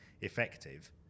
effective